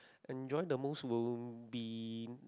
enjoy the most will be